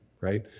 right